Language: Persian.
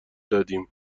دادیم